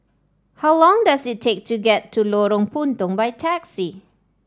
how long does it take to get to Lorong Puntong by taxi